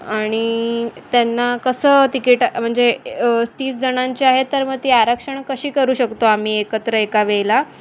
आणि त्यांना कसं तिकीट म्हणजे तीस जणांची आहे तर म ती आरक्षणं कशी करू शकतो आम्ही एकत्र एका वेळेला